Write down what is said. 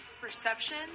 perception